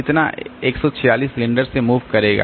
इतना 146 सिलिंडर से मूव करेगा